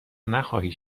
نخواهی